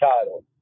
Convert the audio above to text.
title